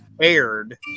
aired